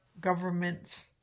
governments